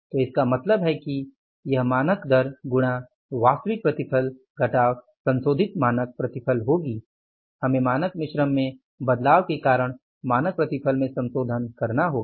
तो इसका मतलब है कि यह मानक दर गुणा वास्तविक प्रतिफल घटाव संशोधित मानक प्रतिफल होगी हमें मानक मिश्रण में बदलाव के कारण मानक प्रतिफल में संशोधन करना होगा